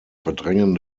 verdrängen